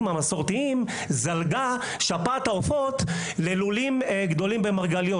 והמסורתיים שפעת העופות זלגה ללולים גדולים במרגליות.